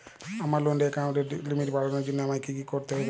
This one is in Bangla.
আমার লোন অ্যাকাউন্টের লিমিট বাড়ানোর জন্য আমায় কী কী করতে হবে?